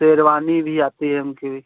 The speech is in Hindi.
शेरवानी भी आती है उनकी